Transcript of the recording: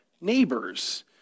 neighbors